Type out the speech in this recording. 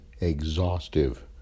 exhaustive